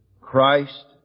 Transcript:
Christ